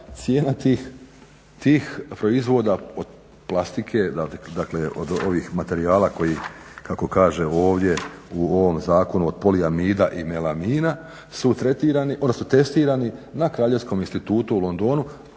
cijena tih proizvoda od plastike od ovih materijala koji kako kaže ovdje u ovom zakonu od poliamida i melamina su testirani na Kraljevskom institutu u Londonu,